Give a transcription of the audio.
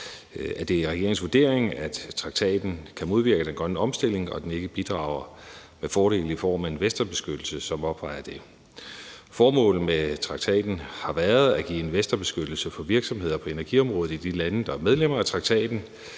er regeringens vurdering, at traktaten kan modvirke den grønne omstilling, og at den ikke bidrager med fordel i form af en investorbeskyttelse, som opvejer det. Formålet med traktaten har været at give en investorbeskyttelse for virksomheder på energiområdet i de lande, der er medlemmer af traktaten.